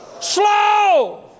Slow